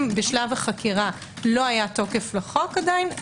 אם בשלב החקירה לא היה תוקף לחוק עדיין,